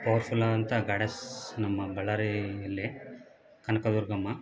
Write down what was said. power ಫುಲಾ ಅಂತ goddess ನಮ್ಮ ಬಳ್ಳಾರಿಯಲ್ಲಿ ಕನಕ ದುರ್ಗಮ್ಮ